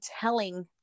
telling